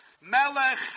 Melech